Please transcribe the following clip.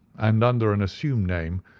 and under an assumed name,